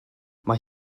mae